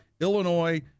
Illinois